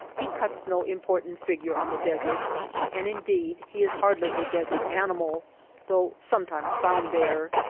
he cuts no important fig ure on the desert and, indeed, he is hardly a desert animal though sometimes found there.